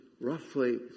roughly